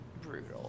brutal